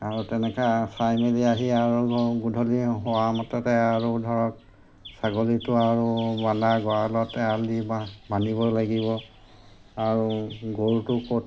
আৰু তেনেকৈ চাই মেলি আহি আৰু গধূলি হোৱা মাত্ৰকে আৰু ধৰক ছাগলীটো আৰু বন্ধা গঁৰালত এৰাল দি বান্ধিব লাগিব আৰু গৰুটো ক'ত